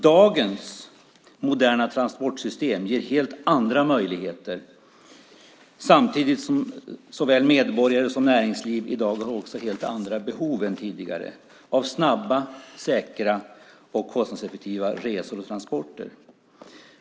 Dagens moderna transportsystem ger helt andra möjligheter samtidigt som såväl medborgare som näringsliv i dag också har helt andra behov än tidigare av snabba, säkra och kostnadseffektiva resor och transporter.